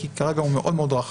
כי כרגע הוא מאוד רחב.